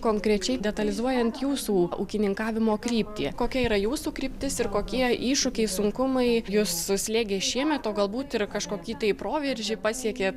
konkrečiai detalizuojant jūsų ūkininkavimo kryptį kokia yra jūsų kryptis ir kokie iššūkiai sunkumai jus slėgė šiemet o galbūt ir kažkokį tai proveržį pasiekėt